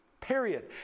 period